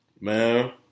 Man